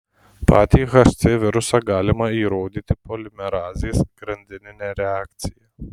patį hc virusą galima įrodyti polimerazės grandinine reakcija